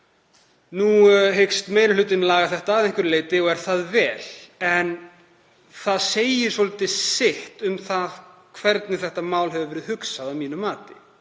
Nú hyggst meiri hlutinn laga þetta að einhverju leyti og er það vel, en það segir svolítið um það hvernig þetta mál hefur verið hugsað að mínu mati